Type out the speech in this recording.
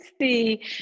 see